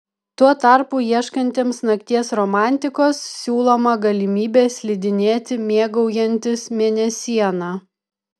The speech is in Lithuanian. tuo tarpu ieškantiems nakties romantikos siūloma galimybė slidinėti mėgaujantis mėnesiena